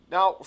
Now